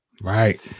Right